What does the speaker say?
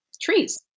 trees